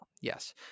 Yes